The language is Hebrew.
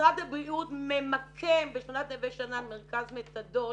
משרד הבריאות ממקם בשכונת נווה שאנן מרכז מתדון